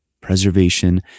preservation